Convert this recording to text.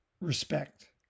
respect